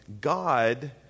God